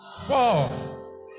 Four